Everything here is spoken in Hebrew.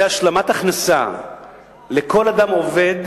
שהמדינה תעשה בעצם השלמת הכנסה לכל אדם עובד,